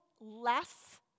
less